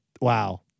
Wow